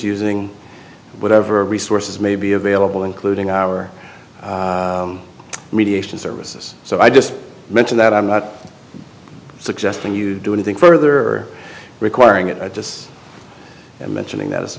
using whatever resources may be available including our mediation services so i just mention that i'm not suggesting you do anything further requiring it i just mentioning that as